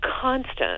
constant